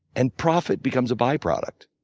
and profit becomes a byproduct.